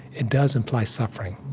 it does imply suffering.